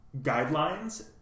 guidelines